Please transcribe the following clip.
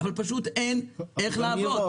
אבל פשוט אין איך לעבוד.